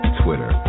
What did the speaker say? twitter